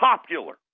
popular